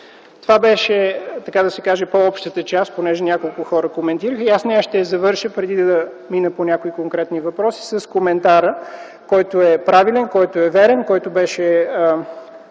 каже, по-общата част, понеже няколко хора я коментираха. Аз нея ще я завърша, преди да мина по някои конкретни въпроси, с коментара, който е правилен, който е верен и който беше